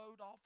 off